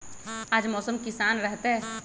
आज मौसम किसान रहतै?